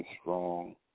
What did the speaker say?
strong